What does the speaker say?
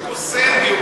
קוסם בירושלים.